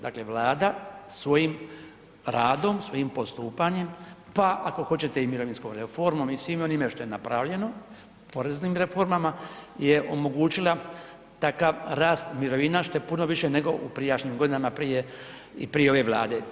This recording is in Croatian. Dakle Vlada svojim radom, svojim postupanjem, pa ako ćete i mirovinskom reformom i svime onime što je napravljeno, poreznim reformama je omogućila takav rast mirovina što je puno više nego u prijašnjim godinama prije ove Vlade.